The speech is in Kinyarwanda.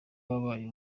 wabaye